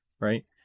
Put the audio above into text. right